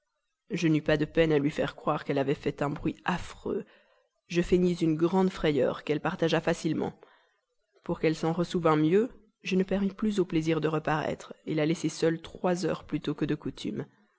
je n'eus pas de peine à lui faire croire qu'elle avait fait un bruit affreux je feignis une grande frayeur qu'elle partagea facilement pour qu'elle s'en ressouvînt mieux je ne permis plus au plaisir de raparaître je la laissai seule trois heures plus tôt que de coutume